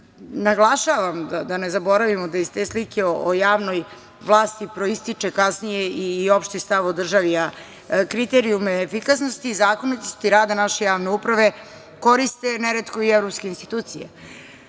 sutra. Naglašavam da ne zaboravimo da iz te slike o javnoj vlasti proističe kasnije i opšti stav o državi, a kriterijume efikasnosti i zakonitosti rada naše javne uprave koriste neretko i evropske institucije.